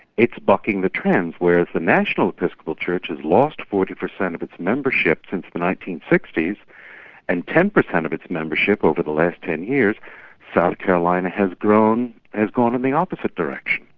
it's bucking the trends whereas the national episcopal church has lost forty per cent of its membership since the nineteen sixty s and ten per cent of its membership over the last ten years south carolina has grown, has gone in the opposite direction.